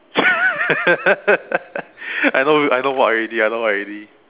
I know I know what already I know what already